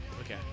Okay